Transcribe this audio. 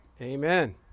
Amen